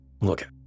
Look